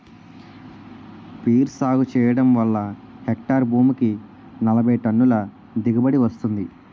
peer సాగు చెయ్యడం వల్ల హెక్టారు భూమికి నలబైటన్నుల దిగుబడీ వస్తుంది